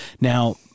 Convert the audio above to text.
Now